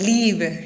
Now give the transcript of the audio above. Leave